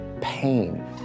pain